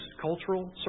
cultural